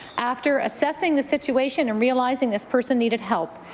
after assessing the situation and realizing this person needed help,